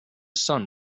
sun